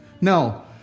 No